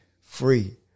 Free